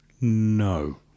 No